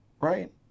right